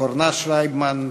קרנה שרייבמן,